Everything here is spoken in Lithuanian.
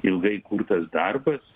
ilgai kurtas darbas